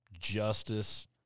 justice